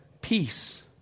peace